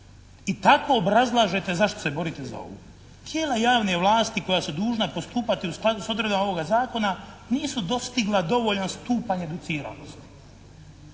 i tako obrazlažete zašto se borite za ovo. Tijela javne vlasti koja su dužna postupati u skladu s odredbama ovoga zakona nisu dostigla dovoljan stupanj educiranosti.